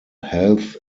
health